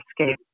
escape